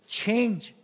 change